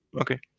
Okay